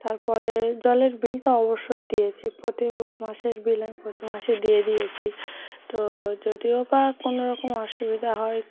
তার পরে জলের বিল তো অবশ্যই দিয়েছি প্রতি মাসের বিল আমি প্রতি মাসেই দিয়ে দিয়েছি তো যদিও বা কোনোরকম অসুবিধা হয়